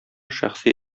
шәхси